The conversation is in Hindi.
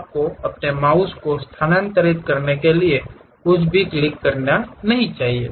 आपको अपने माउस को स्थानांतरित करने के लिए कुछ भी क्लिक नहीं करना चाहिए